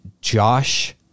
Josh